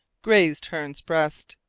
grazed hearne's breast,